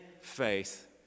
faith